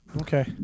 Okay